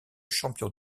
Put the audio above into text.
champion